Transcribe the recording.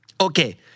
Okay